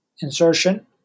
insertion